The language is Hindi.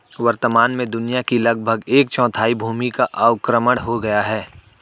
वर्तमान में दुनिया की लगभग एक चौथाई भूमि का अवक्रमण हो गया है